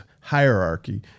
hierarchy